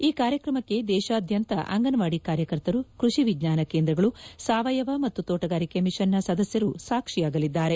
ಈ ಕಾರ್ಯಕ್ರಮಕ್ಕೆ ದೇಶಾದ್ಯಂತ ಅಂಗನವಾದಿ ಕಾರ್ಯಕರ್ತರು ಕೃಷಿ ವಿಜ್ಞಾನ ಕೇಂದ್ರಗಳು ಸಾವಯವ ಮತ್ತು ತೋಣಗಾರಿಕೆ ಮಿಷನ್ನ ಸದಸ್ಯರು ಸಾಕ್ಷಿಯಾಗಲಿದ್ದಾರೆ